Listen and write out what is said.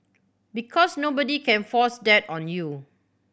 because nobody can force that on you